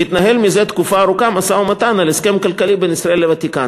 מתנהל זה תקופה ארוכה משא-ומתן על הסכם כלכלי בין ישראל לוותיקן.